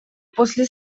после